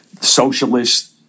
socialist